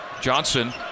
Johnson